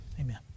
Amen